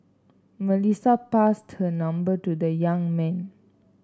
Melissa passed her number to the young man